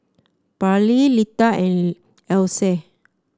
Parley Lita and Else